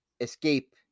escape